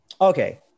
Okay